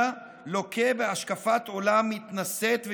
לוקה בהשקפת עולם מתנשאת וגזענית,